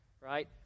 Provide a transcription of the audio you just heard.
Right